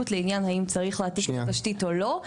לעניין של האם צריך להעתיק את התשתית או לא,